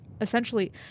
essentially